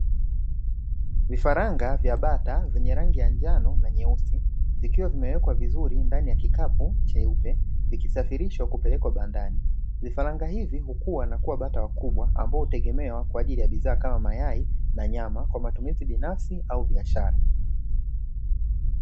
Vifaranga vya Bata vyenye rangi ya njano na nyeusi, vikiwa vimewekwa vizuri ndani ya kikapu cheupe, vikishafirishwa kupelekwa bandani, vifaranga hivi hukua na kuwa bata wakubwa, ambao hutegemewa kwa ajili ya bidhaa kama mayai na nyama, kwa matumizi binafsi au biashara.